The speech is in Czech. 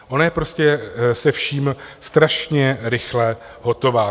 Ona je prostě se vším strašně rychle hotová.